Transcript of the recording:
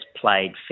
played